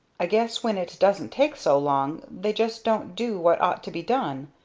i guess when it doesn't take so long they just don't do what ought to be done.